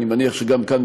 אני מניח שגם כאן,